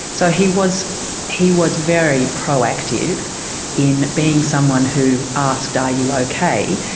so he was he was very proactive in being someone who asked are you okay,